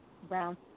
Brown